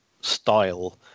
style